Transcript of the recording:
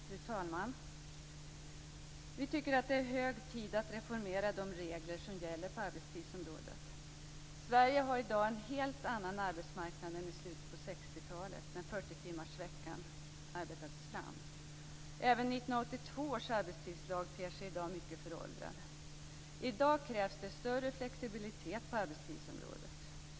Fru talman! Vi tycker att det är hög tid att reformera de regler som gäller på arbetstidsområdet. Sverige har i dag en helt annan arbetsmarknad än i slutet på 60-talet, när 40-timmarsveckan arbetades fram. Även 1982 års arbetstidslag ter sig i dag mycket föråldrad. I dag krävs det större flexibilitet på arbetstidsområdet.